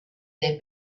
their